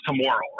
tomorrow